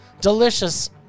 delicious